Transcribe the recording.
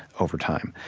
over time.